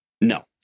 no